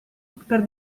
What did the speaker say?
per